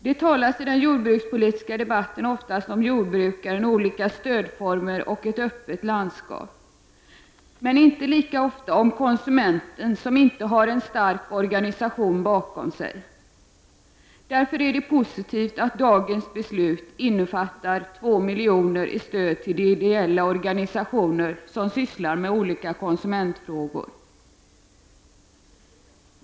Det talas i den jordbrukspolitiska debatten oftast om jordbrukaren, olika stödformer och ett öppet landskap, men inte lika ofta om konsumenten, som inte har en stark organisation bakom sig. Därför är det positivt att dagens beslut innefattar 2 miljoner i stöd till ideella organisationer som sysslar med olika konsumentfrågor.